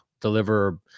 deliver